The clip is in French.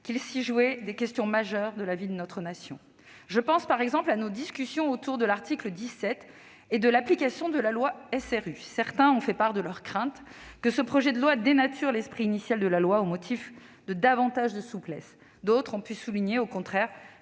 que s'y jouaient des questions majeures de la vie de notre nation. Je pense, par exemple, à nos discussions autour de l'article 17 et de l'application de la loi SRU. Certains ont fait part de leur crainte que ce projet de loi ne dénature l'esprit initial de la loi au motif de davantage de souplesse. D'autres ont pu souligner, au contraire,